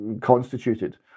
constituted